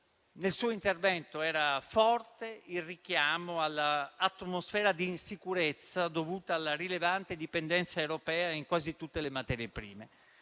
Nel suo intervento era forte il richiamo all'atmosfera di insicurezza dovuta alla rilevante dipendenza europea in quasi tutte le materie prime.